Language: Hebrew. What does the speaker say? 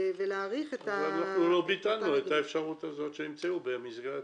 לא ביטלנו את האפשרות הזאת, שימצאו במסגרת